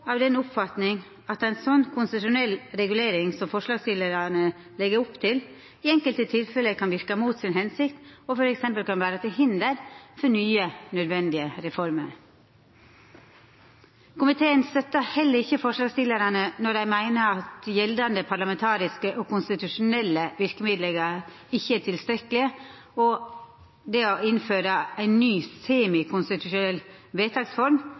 av den oppfatning at ei konstitusjonell regulering som den forslagsstillarane legg opp til, i enkelte tilfelle kan verka mot si hensikt og f.eks. vera til hinder for nye, nødvendige reformer. Komiteen støttar heller ikkje forslagsstillarane når dei meiner at gjeldande parlamentariske og konstitusjonelle verkemiddel ikkje er tilstrekkelege, og at det å innføra ei ny «semikonstitusjonell» vedtaksform